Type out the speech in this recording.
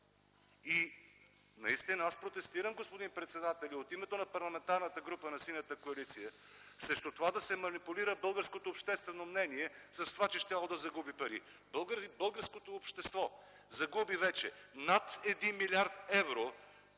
председател, аз протестирам и от името на Парламентарната група на Синята коалиция срещу това да се манипулира българското обществено мнение с това, че щяло да загуби пари. Българското общество загуби вече над 1 милиард евро